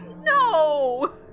no